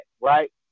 right